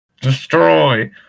Destroy